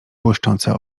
błyszczące